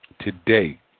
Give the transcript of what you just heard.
today